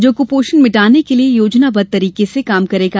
जो कुपोषण मिटाने के लिये योजनाबद्ध तरीके से काम करेगा